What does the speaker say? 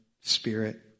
Spirit